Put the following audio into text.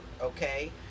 okay